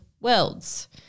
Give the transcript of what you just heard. Worlds